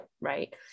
right